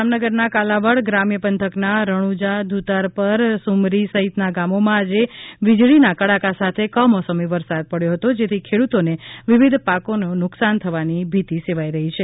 જામનગરના કાલાવાડ ગ્રામ્ય પંથકના રણુજા ધુતારપર સુમરી સહિતના ગામોમાં આજે વીજળીના કડાકા સાથે કમોસમી વરસાદ પડ્યો હતો જેથી ખેડૂતોને વિવિધ પાકોનો નુકશાન થવાની ભીતી સેવાઇ રહી છે